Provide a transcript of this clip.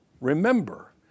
Remember